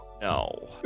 No